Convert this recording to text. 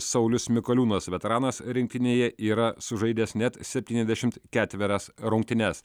saulius mikoliūnas veteranas rinktinėje yra sužaidęs net septyniasdešimt ketverias rungtynes